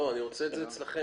אני רוצה את זה אצלכם.